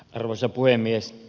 arvoisa puhemies